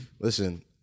Listen